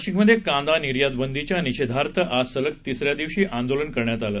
नाशिकमध्ये कांदा निर्यातबंदीच्या निषेधार्थ आज सलग तिसऱ्या दिवशी आंदोलनं करण्यात आलं